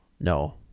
no